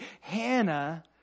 hannah